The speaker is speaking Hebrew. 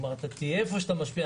כלומר, אתה תהיה איפה שאתה משפיע.